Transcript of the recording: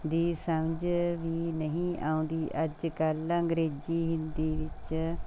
ਦੀ ਸਮਝ ਵੀ ਨਹੀਂ ਆਉਂਦੀ ਅੱਜ ਕੱਲ੍ਹ ਅੰਗਰੇਜ਼ੀ ਹਿੰਦੀ ਵਿੱਚ